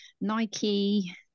nike